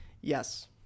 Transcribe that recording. Yes